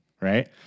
right